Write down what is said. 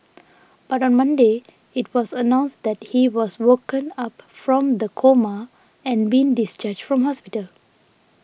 but on Monday it was announced that he has woken up from the coma and been discharged from hospital